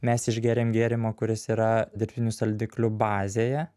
mes išgėrėm gėrimą kuris yra dirbtinių saldiklių bazėje